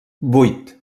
vuit